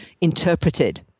interpreted